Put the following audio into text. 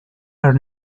are